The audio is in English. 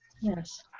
Yes